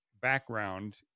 background